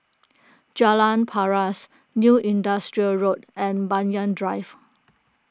Jalan Paras New Industrial Road and Banyan Drive